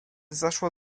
zaszło